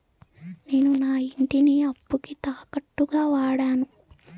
నేను నా ఇంటిని అప్పుకి తాకట్టుగా వాడాను